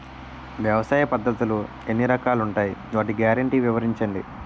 వ్యవసాయ పద్ధతులు ఎన్ని రకాలు ఉంటాయి? వాటి గ్యారంటీ వివరించండి?